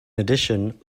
addition